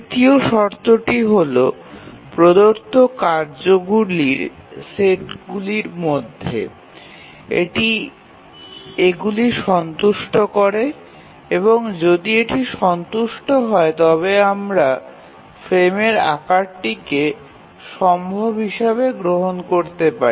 তৃতীয় শর্তটি হল প্রদত্ত কার্যগুলির সেটগুলির মধ্যে এটি এগুলি সন্তুষ্ট করে এবং যদি এটি সন্তুষ্ট হয় তবে আমরা ফ্রেমের আকারটিকে সম্ভব হিসাবে গ্রহণ করতে পারি